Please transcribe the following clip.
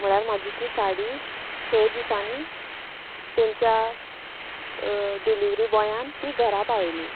म्हळ्यार म्हाजी ती साडी स दिसांनी तेंच्या डिल्हीवरी बोयान ती घरा पावयली